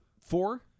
Four